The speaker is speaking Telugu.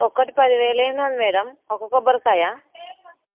ఒకటి పదివేలు ఏంది అది మ్యాడమ్ ఒక కొబ్బరికాయ